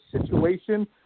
situation